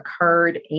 occurred